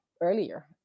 earlier